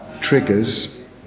triggers